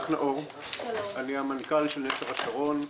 אני המנכ"ל של נצר השרון,